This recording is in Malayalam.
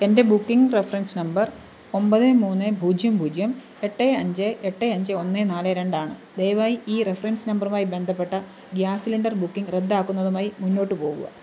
എൻ്റെ ബുക്കിംഗ് റഫറൻസ് നമ്പർ ഒമ്പത് മൂന്ന് പൂജ്യം പൂജ്യം എട്ട് അഞ്ച് എട്ട് അഞ്ച് ഒന്ന് നാല് രണ്ട് ആണ് ദയവായി ഈ റഫറൻസ് നമ്പറുമായി ബന്ധപ്പെട്ട ഗ്യാസ് സിലിണ്ടർ ബുക്കിംഗ് റദ്ദാക്കുന്നതുമായി മുന്നോട്ട് പോകുക